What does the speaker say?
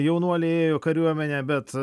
jaunuoliai ėjo į kariuomenę bet